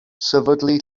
sefydlu